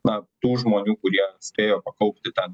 na tų žmonių kurie spėjo pakaupti ten